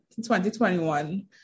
2021